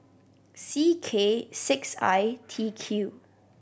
C K six I T Q